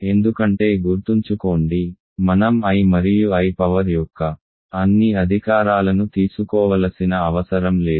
ఎందుకంటే గుర్తుంచుకోండి మనం i మరియు i పవర్ యొక్క అన్ని అధికారాలను తీసుకోవలసిన అవసరం లేదు